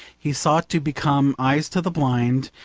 he sought to become eyes to the blind,